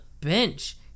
bench